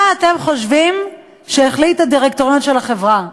מה אתם חושבים שהחליט הדירקטוריון של החברה?